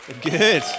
Good